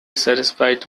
satisfied